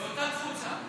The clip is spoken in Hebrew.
מאותה התפוצה.